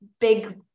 big